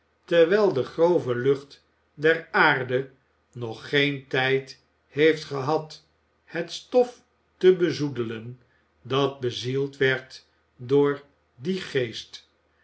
terwijl de grove lucht der aarde nog geen tijd heeft gehad het stof te bezoedelen dat bezield werd door dien geest